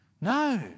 No